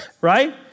right